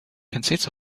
consists